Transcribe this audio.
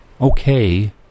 okay